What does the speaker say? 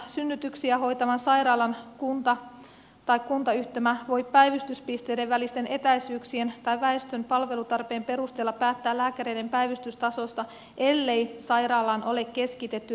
synnytyksiä hoitavan sairaalan kunta tai kuntayhtymä voi päivystyspisteiden välisten etäisyyksien tai väestön palvelutarpeen perusteella päättää lääkäreiden päivystystasosta ellei sairaalaan ole keskitetty riskisynnyttäjien hoito